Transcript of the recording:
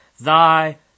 thy